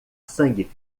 sangue